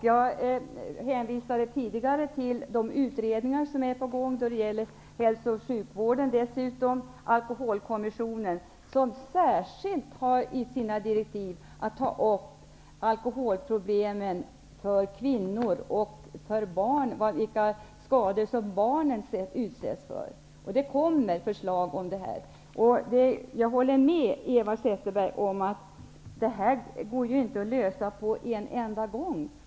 Jag hänvisade tidigare till de utredningar som är på gång när det gäller hälso och sjukvården och dessutom Alkoholkommissionen, som enligt sina direktiv särskilt skall ta upp alkoholproblemen för kvinnor och vilka skador som barnen utsätts för. Det kommer att läggas fram förslag om detta. Jag håller med Eva Zetterberg om att denna fråga inte går att lösa på en enda gång.